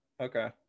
okay